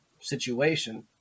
situation